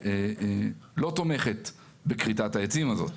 שלא תומכת בכריתת העצים הזו.